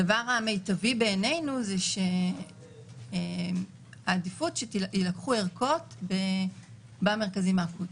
הדבר המיטבי בעינינו זאת העדיפות שיילקחו ערכות במרכזים האקוטיים.